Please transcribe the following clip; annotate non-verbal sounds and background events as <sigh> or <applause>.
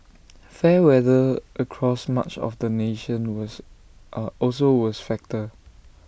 fair weather across much of the nation was <hesitation> also was factor